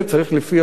לפי הבנתנו,